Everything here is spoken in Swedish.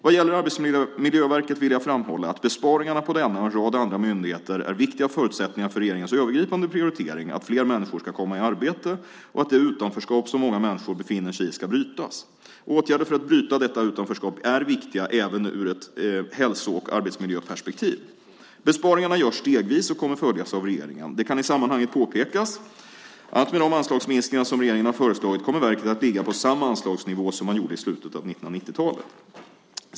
Vad gäller Arbetsmiljöverket vill jag framhålla att besparingarna på denna och en rad andra myndigheter är viktiga förutsättningar för regeringens övergripande prioritering att fler människor ska komma i arbete och att det utanförskap som många människor befinner sig i ska brytas. Åtgärder för att bryta detta utanförskap är viktiga även ur ett hälso och arbetsmiljöperspektiv. Besparingarna görs stegvis och kommer att följas av regeringen. Det kan i sammanhanget påpekas att med de anslagsminskningar som regeringen har föreslagit kommer verket att ligga på samma anslagsnivå som man gjorde i slutet av 1990-talet.